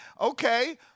Okay